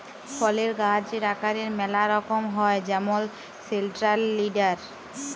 ফলের গাহাচের আকারের ম্যালা রকম হ্যয় যেমল সেলট্রাল লিডার